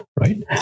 right